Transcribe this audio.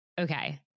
okay